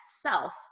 self